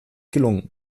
gelungen